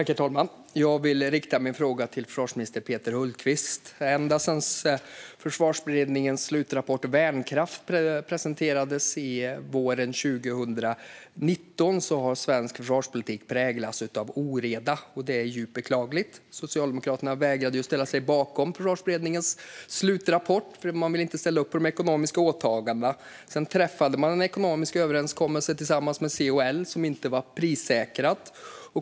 Herr talman! Jag vill rikta min fråga till försvarsminister Peter Hultqvist. Ända sedan Försvarsberedningens slutrapport Värnkraft presenterades våren 2019 har svensk försvarspolitik präglats av oreda. Det är djupt beklagligt. Socialdemokraterna vägrade ju att ställa sig bakom Försvarsberedningens slutrapport eftersom man inte ville ställa upp på de ekonomiska åtagandena. Sedan träffade man en ekonomisk överenskommelse med C och L som inte var prissäkrad.